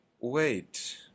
wait